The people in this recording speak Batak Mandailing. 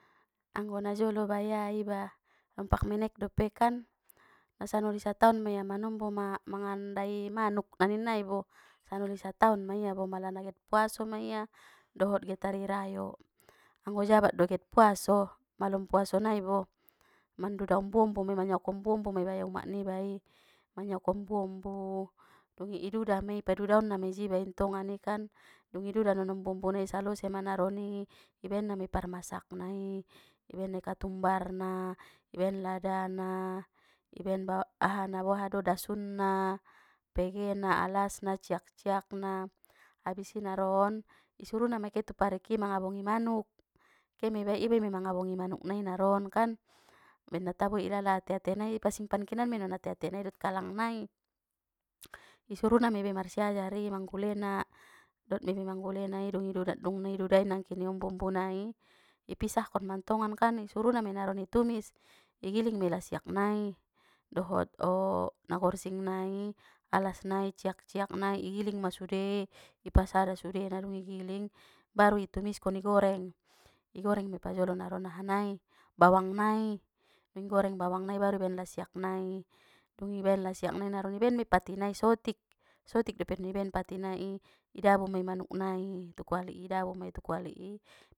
Anggo najolo baya iba dompak menek dope kan, nasanoli sataon mia manombo manga- managn daging manuk na ninnai bo, sanoli sataon mia bo mala naget puaso mai ia, dohot get ari rayo, anggo jabat do get puaso, malam puaso nai bo, maduda ombu ombu mai manduda ombu ombu mebaya umak niba i, manyaok ombu ombu, dungi iduda mei i, i padudaonna mei jiba i tongan i kan, dungi duda non ombu ombu nai salose ma naroni ibaenna mei parmasakna i, i baenna katumbarna, i baen ladana, i baen bawa ahana bo ahana do dasunna, pegena alasna ciak ciak na, abis i naron, isuruna mei ke tupariki mangabongi manuk, kemeiba i iba mei mangabongi manuk nai naronkan, ben na taboi ilala ate ate nai pasimpan kenanmei non ate ate ani dot kalang nai, i suruna meiba i marsiajari manggulena, dot miba i manggulena i dung i dudat dung nai dudai nangkin ombu ombu nai, i pisahkon mantongan kan, i suruna mei naron i tumis, i giling mei lasiak nai, dohot nagorsing nai, alas nai ciak ciak nai igiling ma sude, i pasada sudena dung igiling, baru i tumiskon igoreng, igoreng mai pajolo naron aha nai, bawang nai, dung igoreng bawang nai baru i baen lasiak nai, dung i baen lasiak nai baron i baen mei pati nai sotik, sotik dope non i baen pati nai i idabu mei mauk nai, tu kuali i dabu mei tu kuali i.